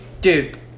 dude